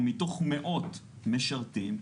מתוך מאות משרתים,